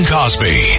Cosby